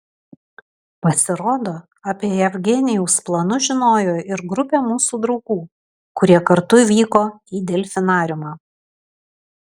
pasirodo apie jevgenijaus planus žinojo ir grupė mūsų draugų kurie kartu vyko į delfinariumą